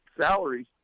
salaries